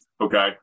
Okay